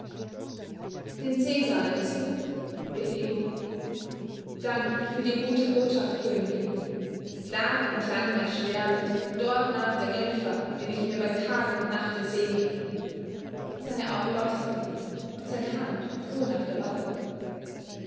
den cäsar nennst du rief ingo dank für die gute botschaft königin darum klang mein schwert und dort naht der kämpfer den ich mir bei tag und nacht ersehne seine augen leuchteten und seine hand fuhr nach der waffe